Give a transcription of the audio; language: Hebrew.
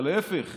להפך.